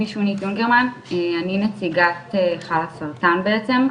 קודם כל תודה על ההזמנה, אני אשתדל באמת לצמצם.